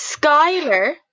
Skyler